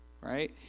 right